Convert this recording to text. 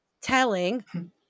telling